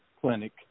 clinic